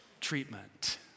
treatment